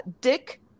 Dick